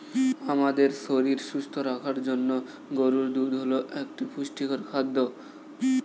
আমাদের শরীর সুস্থ রাখার জন্য গরুর দুধ হল একটি পুষ্টিকর খাদ্য